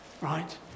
right